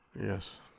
Yes